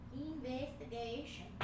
Investigation